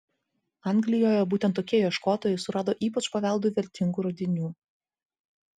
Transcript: anglijoje būtent tokie ieškotojai surado ypač paveldui vertingų radinių